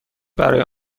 برای